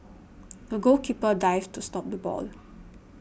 the goalkeeper dived to stop the ball